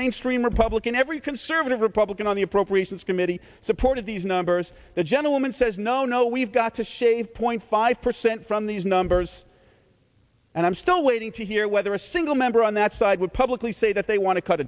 mainstream republican every conservative republican on the appropriations committee supported these numbers the gentleman says no no we've got to shave point five percent from these numbers and i'm still waiting to hear whether a single member on that side would publicly say that they wan